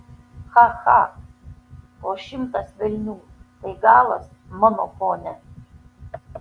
cha cha po šimtas velnių tai galas mano pone